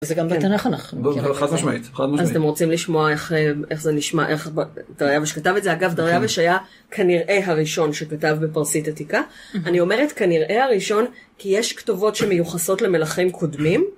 וזה גם בתנ"ך.... זה חד משמעית, חד משמעית. אז אתם רוצים לשמוע איך זה נשמע, איך דרייבש כתב את זה. אגב, דרייבש היה כנראה הראשון שכתב בפרסית עתיקה. אני אומרת כנראה הראשון, כי יש כתובות שמיוחסות למלכים קודמים